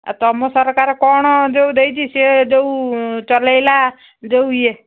ଆଉ ତୁମ ସରକାର କ'ଣ ଯେଉଁ ଦେଇଛି ସିଏ ଯେଉଁ ଚଲେଇଲା ଯେଉଁ ଇଏ